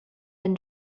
been